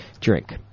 drink